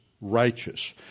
righteous